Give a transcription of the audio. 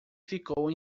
ficou